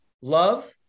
love